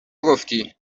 گفتی